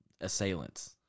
assailants